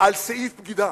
על סעיף בגידה.